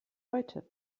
heute